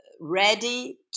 ready